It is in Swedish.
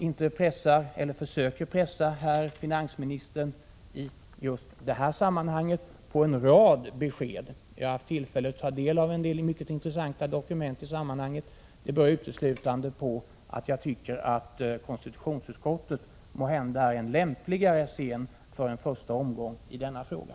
Att jag inte försöker pressa herr finansministern på en rad besked här — jag har haft tillfälle att ta del av intressanta dokument i sammanhanget — beror uteslutande på att jag tycker att konstitutionsutskottet måhända är en lämpligare scen för en första omgång i denna fråga.